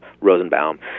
Rosenbaum